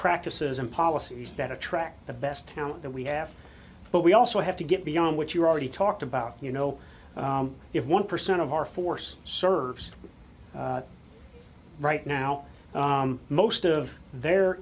practices and policies that attract the best talent that we have but we also have to get beyond what you already talked about you know if one percent of our force serves right now most of their